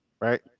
right